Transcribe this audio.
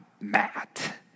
Matt